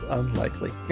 unlikely